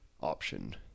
option